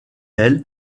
elle